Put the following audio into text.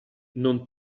non